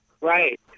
Right